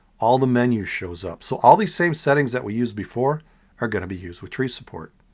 all the menus shows up. so all these same settings that we use before are going to be used with tree support.